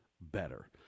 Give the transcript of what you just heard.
better